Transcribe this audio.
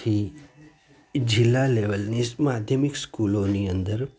થી જિલ્લા લેવલની માધ્યમીક સ્કૂલોની અંદર